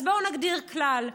אז בואו נגדיר כלל,